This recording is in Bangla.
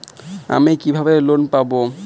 আমি কিভাবে লোন পাব?